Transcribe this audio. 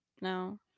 No